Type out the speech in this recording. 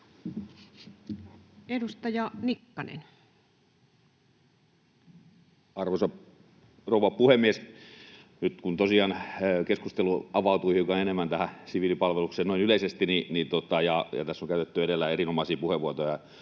13:15 Content: Arvoisa rouva puhemies! Nyt tosiaan keskustelu avautui hiukan enemmän tähän siviilipalvelukseen noin yleisesti ja edellä on käytetty erinomaisia puheenvuoroja,